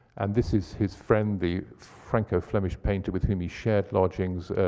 and this is his friend, the franco-flemish painter with whom he shared lodgings,